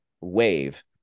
wave